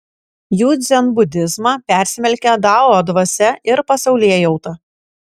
jų dzenbudizmą persmelkia dao dvasia ir pasaulėjauta